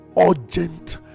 Urgent